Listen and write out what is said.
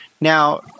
Now